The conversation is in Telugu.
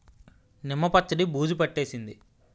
నిమ్మ పచ్చడి బూజు పట్టేసింది